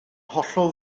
hollol